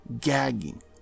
gagging